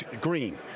Green